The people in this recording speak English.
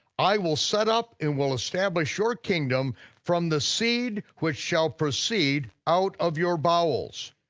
i will set up and will establish your kingdom from the seed which shall proceed out of your bowels.